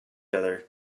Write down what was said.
other